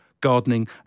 gardening